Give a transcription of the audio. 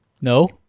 No